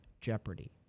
jeopardy